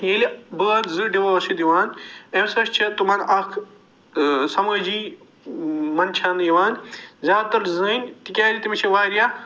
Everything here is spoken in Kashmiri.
ییٚلہِ بٲژ زٕ ڈِوٲرٕس چھِ دِوان اَمہِ سۭتۍ چھِ تِمن اکھ سمٲجی منٛچھاونہٕ یِوان زیادٕ تر زٔنۍ تِکیٛازِ تٔمِس چھِ وارِیاہ